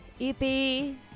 EP